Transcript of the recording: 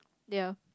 ya